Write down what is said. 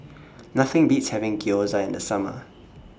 Nothing Beats having Gyoza in The Summer